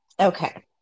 okay